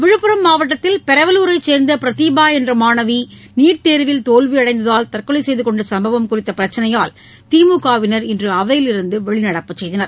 விழுப்புரம் மாவட்டத்தில் பெரவலூரை சேர்ந்த பிரதீபா என்ற மாணவி நீட்தேர்வில் தோல்வியடைந்ததால் தற்கொலை செய்து கொண்ட சம்பவம் குறித்த பிரச்சினையால் திமுவினர் இன்று அவையிலிருந்து வெளிநடப்பு செய்தனர்